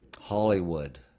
Hollywood